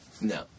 no